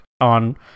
on